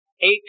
eight